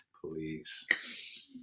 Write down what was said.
Please